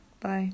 bye